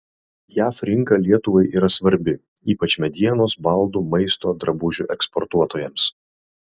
jav rinka lietuvai yra svarbi ypač medienos baldų maisto drabužių eksportuotojams